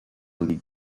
league